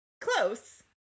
close